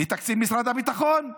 לתקציב משרד הביטחון,